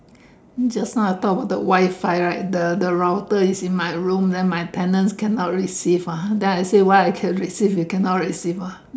just now I talk about the Wi-Fi right the the router is in my room then my tenants cannot receive ah then I say why I can receive you can not receive ah